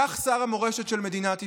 כך שר המורשת של מדינת ישראל.